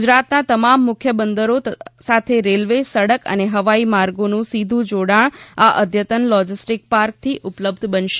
ગુજરાતના તમામ મુખ્ય બંદરો સાથે રેલ્વે સડક અને હવાઈ માર્ગે સીધું જોડાણ આ અદ્યતન લોજિસ્ટિક પાર્કથી ઉપલબ્ધ બનશે